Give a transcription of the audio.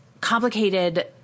complicated